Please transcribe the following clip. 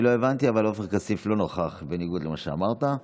למה שאמרת.